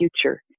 future